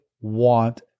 want